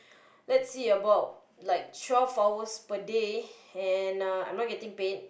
let's see about like twelve hours per day and uh I'm not getting paid